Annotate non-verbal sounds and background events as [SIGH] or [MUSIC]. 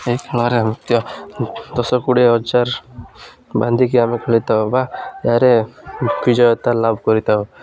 ଏହି ଖେଳରେ ଆମ ଦଶ କୋଡ଼ିଏ ହଜାର ବାନ୍ଧିକି ଆମେ ଖେଳିଥାଉ ବା [UNINTELLIGIBLE] ବିଜୟତା ଲାଭ କରିଥାଉ